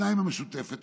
שניים מהמשותפת,